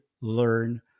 learn